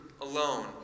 alone